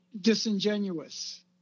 disingenuous